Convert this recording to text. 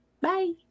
bye